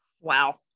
Wow